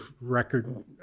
record